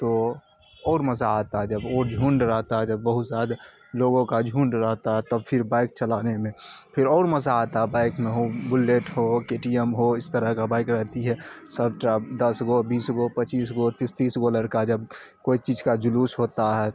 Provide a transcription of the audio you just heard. تو اور مزہ آتا ہے جب وہ جھنڈ رہتا ہے جب بہت زیادہ لوگوں کا جھنڈ رہتا ہے تب پھر بائک چلانے میں پھر اور مزہ آتا ہے بائک میں ہو بلیٹ ہو کے ٹی ایم ہو اس طرح کا بائک رہتی ہے سب دس گو بیس گو پچیس گو تیس تیس گو لڑکا جب کوئی چیز کا جلوس ہوتا ہے